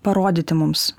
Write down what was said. parodyti mums